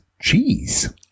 Cheese